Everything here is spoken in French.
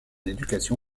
éducation